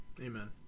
Amen